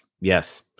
Yes